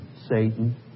Satan